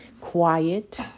quiet